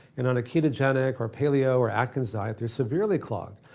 and on a ketogenic or paleo or atkins diet, they're severely clogged.